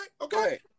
Okay